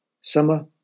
summer